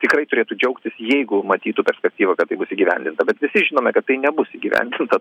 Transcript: tikrai turėtų džiaugtis jeigu matytų perspektyvą kad tai bus įgyvendinta bet visi žinome kad tai nebus įgyvendinta